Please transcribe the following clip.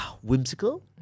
whimsical